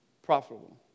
Profitable